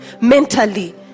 mentally